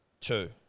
two